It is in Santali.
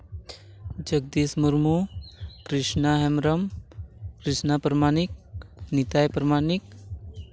ᱡᱚᱜᱽᱫᱤᱥ ᱢᱩᱨᱢᱩ ᱠᱨᱤᱥᱱᱟ ᱦᱮᱢᱵᱨᱚᱢ ᱠᱨᱤᱥᱱᱟ ᱯᱨᱟᱢᱟᱱᱤᱠ ᱱᱤᱛᱟᱭ ᱯᱟᱨᱢᱟᱱᱤᱠ